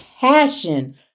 passion